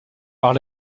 par